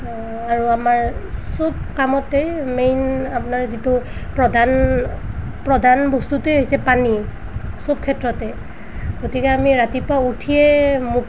আৰু আমাৰ সব কামতেই মেইন আপোনাৰ যিটো প্ৰধান প্ৰধান বস্তুতটোৱে হৈছে পানী সব ক্ষেত্ৰতে গতিকে আমি ৰাতিপুৱা উঠিয়ে মুখ